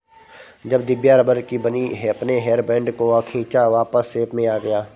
जब दिव्या रबड़ की बनी अपने हेयर बैंड को खींचा वापस शेप में आ गया